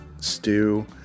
stew